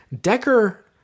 Decker